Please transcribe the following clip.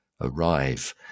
arrive